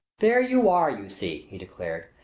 there you are, you see! he declared.